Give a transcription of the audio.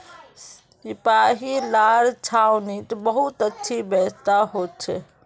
सिपाहि लार छावनीत बहुत अच्छी व्यवस्था हो छे